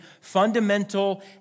fundamental